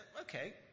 okay